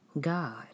God